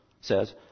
says